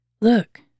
Look